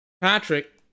Patrick